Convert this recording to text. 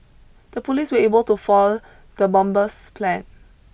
the police were able to fall the bomber's plan